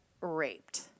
raped